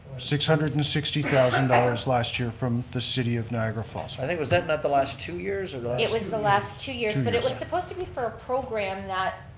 six hundred and sixty thousand dollars last year from the city of niagara falls. i think was that not the last two years or the last it was the last two years, and but it was supposed to be for a program not,